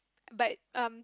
but um